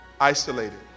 Isolated